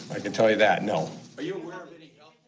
i can tell you that no but you know